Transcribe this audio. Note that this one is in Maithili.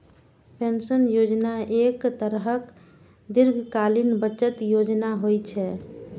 पेंशन योजना एक तरहक दीर्घकालीन बचत योजना होइ छै